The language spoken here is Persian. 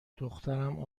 دخترم